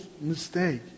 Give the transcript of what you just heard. mistake